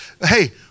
Hey